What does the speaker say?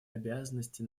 обязанности